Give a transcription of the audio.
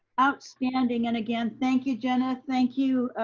outstanding and again, thank you, jenith. thank you,